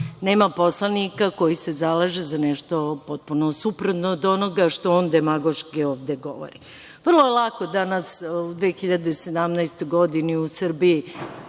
nema poslanika koji se zalažu za nešto potpuno suprotno od onoga što on demagoški ovde govori. Vrlo je lako danas u 2017. godini u Srbiji